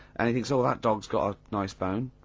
and he thinks, oh, that dog's got a nice bone,